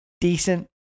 Decent